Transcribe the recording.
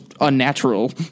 unnatural